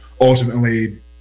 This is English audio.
ultimately